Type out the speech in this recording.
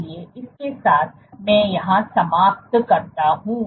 इसलिए इसके साथ मैं यहां समाप्त करता हूं